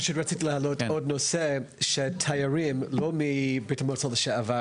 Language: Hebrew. רציתי לעלות עוד נושא שתיירים לא מ- -- לשעבר,